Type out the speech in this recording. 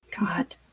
God